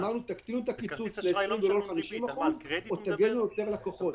אמרנו: תקטינו את הקיצוץ ל-20% ולא ל-50% או תגנו על יותר לקוחות.